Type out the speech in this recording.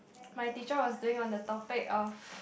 my teacher was doing on the topic of